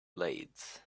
blades